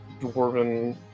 dwarven